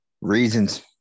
Reasons